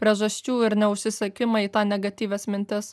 priežasčių ir neužsisekimą į tą negatyvias mintis